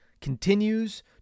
continues